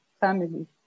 family